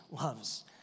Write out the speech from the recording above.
loves